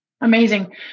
Amazing